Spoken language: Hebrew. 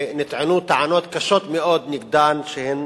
ונטענו טענות קשות מאוד נגדם, שהם